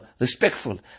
respectful